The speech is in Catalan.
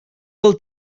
del